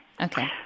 okay